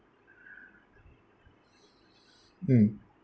mm